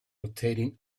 rotating